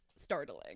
startling